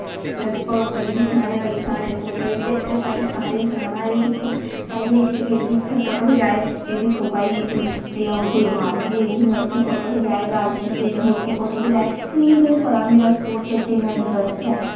पलो पली दिक्खना एह् भाई साढ़े फोटो दिक्ख भाई सारें गी सनना एह् दिक्खो भाई में इत्थें गेदी ही इत्थें फोटो खचाए एह् दिक्खो भाई एह् अ'ऊं गुलमार्ग गेदी ही में उत्थें फोटो खचाए रांची गेदी ही उत्थें फोटो खचाए हून जियां तुसेंगी पता मेरा स्पोर्टस बिच्च इ'न्ना इंट्रस्ट ऐ